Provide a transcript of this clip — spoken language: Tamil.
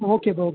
ஓகேப்பா ஓகே